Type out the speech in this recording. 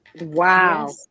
wow